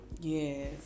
Yes